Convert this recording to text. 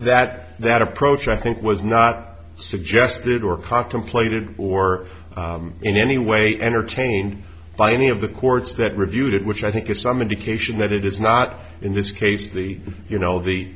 that that approach i think was not suggested or contemplated or in any way entertained by any of the courts that reviewed it which i think is some indication that it is not in this case the you know the